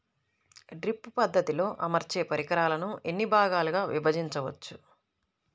Drip పద్ధతిలో అమర్చే పరికరాలను ఎన్ని భాగాలుగా విభజించవచ్చు?